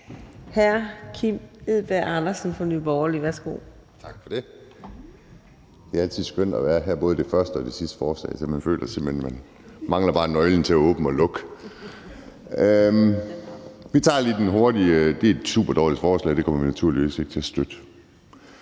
er hr. Kim Edberg Andersen fra Nye